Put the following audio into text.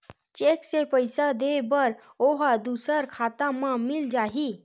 Cheque से पईसा दे बर ओहा दुसर खाता म मिल जाही?